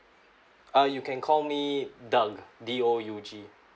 uh you can call me doug D O U G